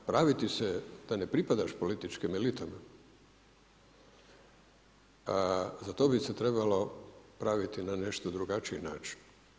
Praviti se da ne pripadaš političkim elitama, za to bi se trebalo praviti na nešto drugačiji način.